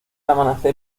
amanecer